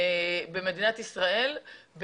במדינת ישראל,